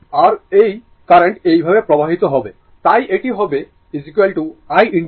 আর এই I current এইভাবে প্রবাহিত হবে তাই এটি হবে I R